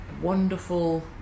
wonderful